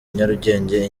nyarugenge